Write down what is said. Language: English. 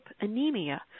anemia